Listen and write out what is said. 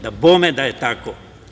Dabome da je tako.